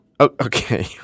Okay